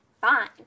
fine